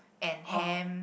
and ham